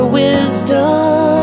wisdom